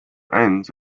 ends